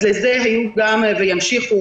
לזה ימשיכו